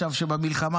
שעכשיו במלחמה,